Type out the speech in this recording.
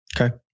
Okay